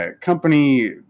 company